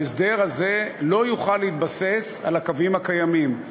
ההסדר הזה לא יוכל להתבסס על הקווים הקיימים,